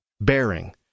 bearing